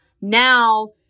now